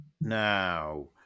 now